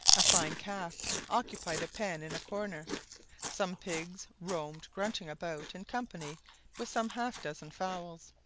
a fine calf occupied a pen in a corner some pigs roamed grunting about in company with some half dozen fowls.